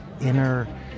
inner